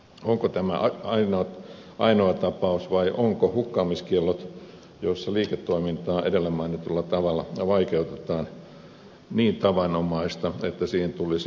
onko tämä ainoa tapaus vai ovatko hukkaamiskiellot joissa liiketoimintaa edellä mainitulla tavalla vaikeutetaan niin tavanomaisia että niihin tulisi jotenkin puuttua